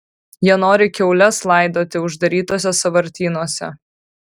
jie nori kiaules laidoti uždarytuose sąvartynuose